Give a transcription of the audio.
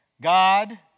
God